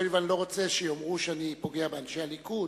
הואיל ואני לא רוצה שיאמרו שאני פוגע באנשי הליכוד,